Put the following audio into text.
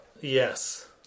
Yes